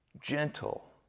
gentle